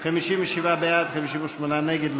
57 בעד, 58 נגד.